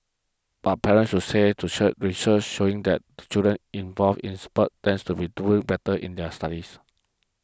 but parents would say to church research showing that children involved in sports tends to be do better in their studies